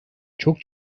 çok